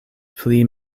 pli